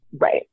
Right